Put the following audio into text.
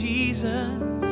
Jesus